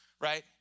right